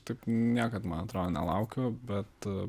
taip niekad man atrodo nelaukiau bet